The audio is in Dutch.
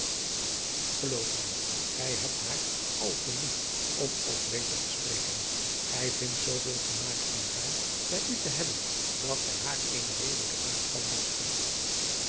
geloof mij gij hebt haar al te lief of om beter te spreken gij vindt zooveel vermaak in haar bij u te hebben dat gij haar eene redelijke uitspanning misgunt